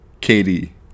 Katie